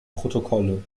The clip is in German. protokolle